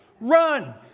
Run